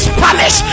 Spanish